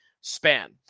span